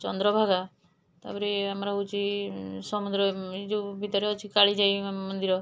ଚନ୍ଦ୍ରଭାଗା ତା'ପରେ ଆମର ହେଉଛି ସମୁଦ୍ର ଯେଉଁ ଭିତରେ ଅଛି କାଳିଜାଇ ମନ୍ଦିର